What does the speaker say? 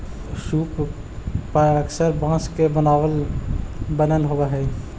सूप पअक्सर बाँस के बनल होवऽ हई